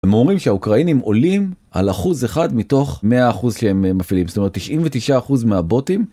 הם אומרים שהאוקראינים עולים על אחוז אחד מתוך 100% שהם מפעילים, זאת אומרת 99% מהבוטים